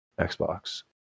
Xbox